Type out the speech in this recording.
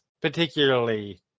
particularly